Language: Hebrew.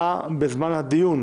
להקדמת הדיון